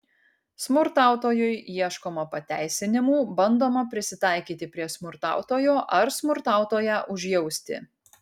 smurtautojui ieškoma pateisinimų bandoma prisitaikyti prie smurtautojo ar smurtautoją užjausti